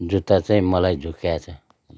जुत्ता चाहिँ मलाई झुक्क्याएछ